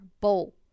bowl